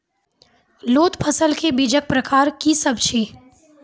लोत फसलक बीजक प्रकार की सब अछि?